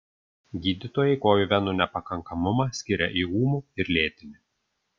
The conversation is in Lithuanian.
gydytojai kojų venų nepakankamumą skiria į ūmų ir lėtinį